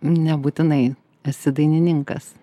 nebūtinai esi dainininkas